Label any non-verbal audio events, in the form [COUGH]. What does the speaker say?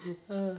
[NOISE] err